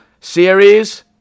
series